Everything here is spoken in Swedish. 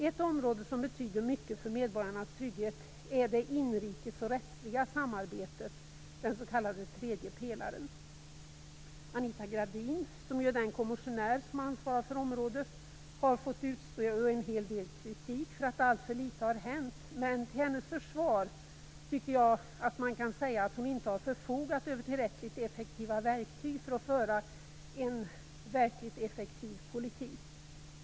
Ett område som betyder mycket för medborgarnas trygghet är det inrikes och rättsliga samarbetet, den s.k. tredje pelaren. Anita Gradin, som är den kommissionär som ansvarar för området, har fått utstå en hel del kritik för att alltför litet har hänt. Till hennes försvar tycker jag att man kan säga att hon inte har förfogat över tillräckligt effektiva verktyg för att föra en verkligt effektiv politik.